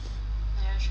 are you sure